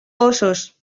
óssos